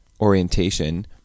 orientation